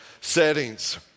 settings